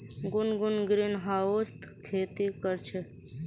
गुनगुन ग्रीनहाउसत खेती कर छ